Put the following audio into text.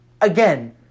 Again